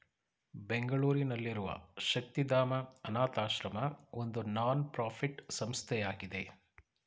ಬೆಂಗಳೂರಿನಲ್ಲಿರುವ ಶಕ್ತಿಧಾಮ ಅನಾಥಶ್ರಮ ಒಂದು ನಾನ್ ಪ್ರಫಿಟ್ ಸಂಸ್ಥೆಯಾಗಿದೆ